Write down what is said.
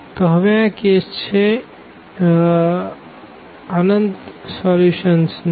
તો હવે આ કેસ છે અનંત સોલ્યુશન નું